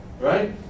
Right